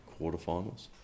quarterfinals